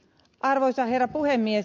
arvoisa herra puhemies